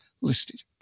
listed